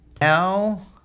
now